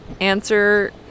answer